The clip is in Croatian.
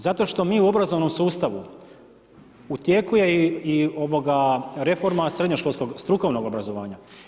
Zato što mi u obrazovnom sustavu, u tijeku je i reforma srednjoškolskog strukovnog obrazovanja.